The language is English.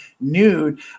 nude